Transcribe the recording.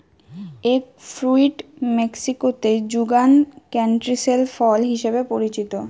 egg fruit মেক্সিকোতে যুগান ক্যান্টিসেল ফল হিসেবে পরিচিত